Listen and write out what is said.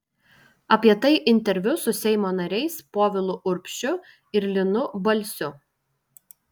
apie tai interviu su seimo nariais povilu urbšiu ir linu balsiu